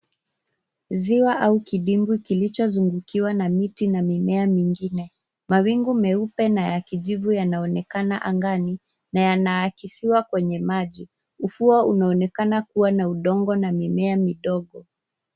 Ziwa au kidimbwi kilichozungukiwa na miti na mimea mingine. Mawingu meupe na ya kijivu yanaonekana angani na yana akisiwa kwenye maji. Ufuo unaonekana kuwa na udongo na mimea midogo.